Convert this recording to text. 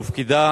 הופקדה